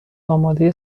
آماده